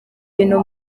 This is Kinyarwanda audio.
bintu